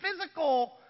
physical